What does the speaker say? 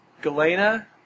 Galena